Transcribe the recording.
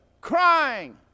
crying